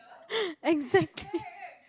exactly